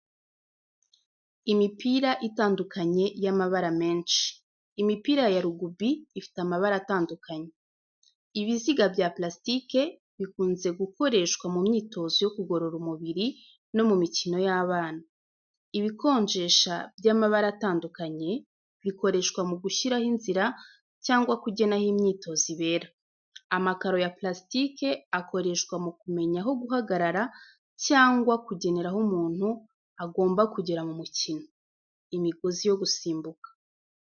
Imipira itandukanye y’amabara menshi. Imipira ya rugby ifite amabara atandukanye. Ibiziga bya plastique bikunze gukoreshwa mu myitozo yo kugorora umubiri no mu mikino y’abana. Ibikonjesha by’amabara atandukanye, bikoreshwa mu gushyiraho inzira cyangwa kugena aho imyitozo ibera. Amakaro ya plastique akoreshwa mu kumenya aho guhagarara cyangwa kugenera aho umuntu agomba kugera mu mukino. Imigozi yo gusimbuka.